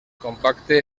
compacte